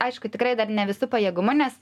aišku tikrai dar ne visu pajėgumu nes